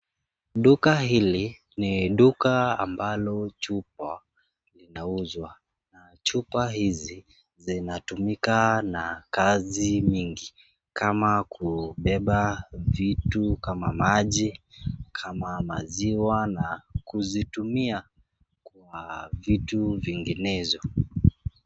Duka hili, ni duka ambalo chupa, linauzwa, na chupa hizi, zinatumika na kazi mingi, kama ku beba vitu kama maji, kama maziwa na, kuzitumia, kwa vitu vinginezo.